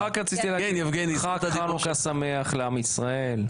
רק רציתי להגיד חג חנוכה שמח לעם ישראל.